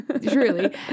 truly